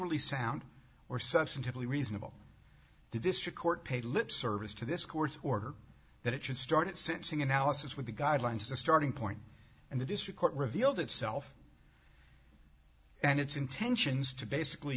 procedurally sound or substantively reasonable the district court paid lip service to this court's order that it should start at sensing analysis with the guidelines as a starting point and the district court revealed itself and it's intentions to basically